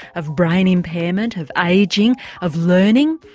of brain impairment, of ageing, of learning.